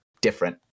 different